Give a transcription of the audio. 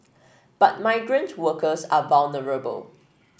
but migrant workers are vulnerable